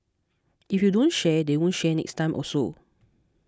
if you don't share they won't share next time also